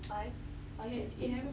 five five thirty